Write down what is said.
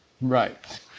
Right